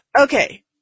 Okay